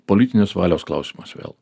politinės valios klausimas vėl